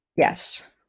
Yes